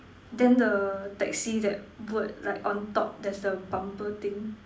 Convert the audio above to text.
then the taxi that word like on top there's the bumper thing